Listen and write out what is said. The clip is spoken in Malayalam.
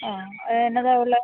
ആണോ എന്താണ് ഉള്ളത്